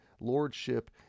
lordship